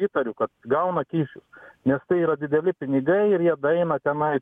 įtariu kad gauna kyšius nes tai yra dideli pinigai ir jie daeina tenai